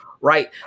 right